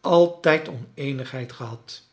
altijd oneenigheid gehad